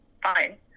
fine